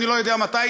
אני לא יודע מתי,